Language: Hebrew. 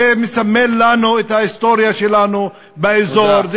זה מסמל לנו את ההיסטוריה שלנו באזור.